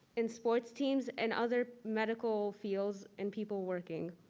in sports teams and other medical fields, and people working.